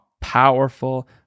powerful